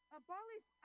abolish